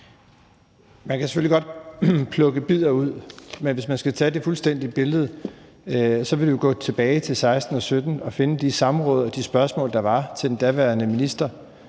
Man kan selvfølgelig godt plukke bidder ud, men hvis man skal tage det fuldstændige billede, ville man gå tilbage til 2016 og 2017 og finde de samråd og de spørgsmål, der var til den daværende minister,